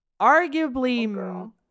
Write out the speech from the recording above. Arguably